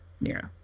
Nero